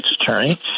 attorney